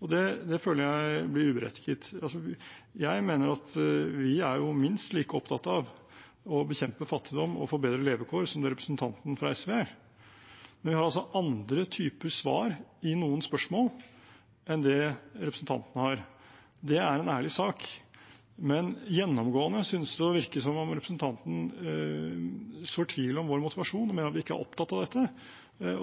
Det føler jeg blir uberettiget. Jeg mener at vi er minst like opptatt av å bekjempe fattigdom og forbedre levekår som representanten fra SV er. Men vi har altså andre typer svar i noen spørsmål enn det representanten har. Det er en ærlig sak, men gjennomgående synes det å virke som om representanten sår tvil om vår motivasjon og mener at vi ikke er opptatt av dette.